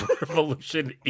revolution